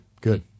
good